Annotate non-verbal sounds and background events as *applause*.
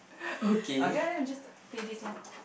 *breath* okay lah then we just play this lor